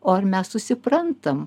o ar mes susiprantam